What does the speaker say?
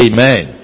Amen